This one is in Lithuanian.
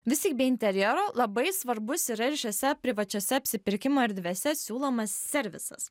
vis tik be interjero labai svarbus yra ir šiose privačiose apsipirkimo erdvėse siūlomas servisas